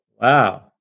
Wow